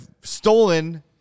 stolen